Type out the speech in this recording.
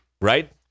Right